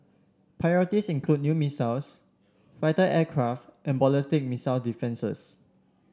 priorities include new missiles fighter aircraft and ballistic missile defences